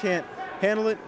can't handle it